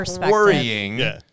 worrying